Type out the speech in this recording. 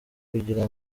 kugira